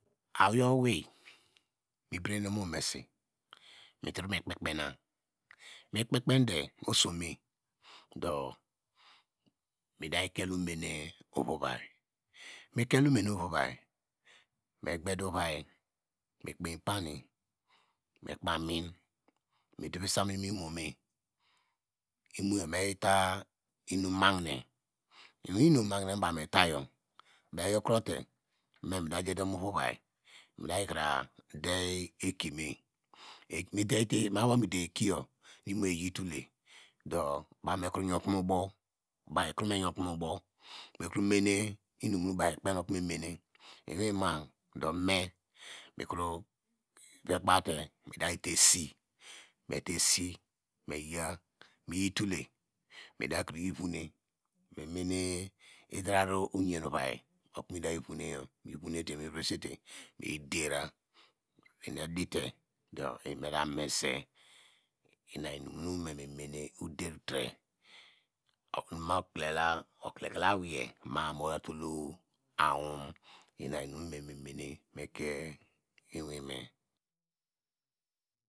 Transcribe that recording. Awei owei mebedene mo omesi metro me kpepena mekpekpede oso me do me da kel omene ovuvai me kel omene ovuvai me gede ovan mekpei puni mekpo amin medovese amin mo imone unoyo meita inum mahine iwinum mahine no baw metayo baw eyokrote me midajate movuuai me da hira dey ekime mabo kome dew ekiyo nu imoyo eyitole di baw mikro yankome obow mekro mene enum nu baw memene mu weima do me mikro vekobow te midate esi meta esi meyq meyi tole mida kroyi vone me minw wara oyeb ovai okono midey voneyo me yonetw mivone vresete te midera eni edite enimeda mese ina inum na me memene odee tre okonu mu ma- a motatol aweme inainum no meme mine kie iwini.